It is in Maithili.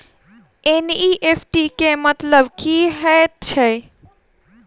एन.ई.एफ.टी केँ मतलब की हएत छै?